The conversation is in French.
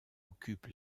occupe